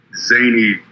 zany